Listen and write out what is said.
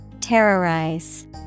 Terrorize